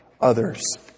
others